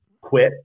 quit